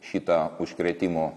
šitą užkrėtimų